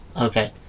okay